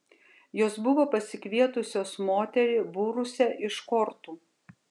jos buvo pasikvietusios moterį būrusią iš kortų